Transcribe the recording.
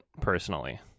personally